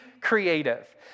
creative